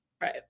Right